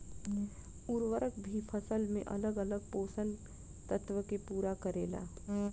उर्वरक भी फसल में अलग अलग पोषण तत्व के पूरा करेला